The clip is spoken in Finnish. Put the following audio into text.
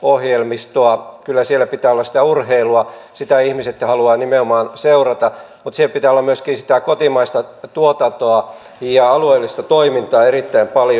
kyllä siellä pitää olla sitä urheilua sitä ihmiset haluavat nimenomaan seurata mutta siellä pitää olla myöskin sitä kotimaista tuotantoa ja alueellista toimintaa erittäin paljon